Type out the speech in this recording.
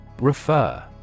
Refer